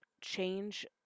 change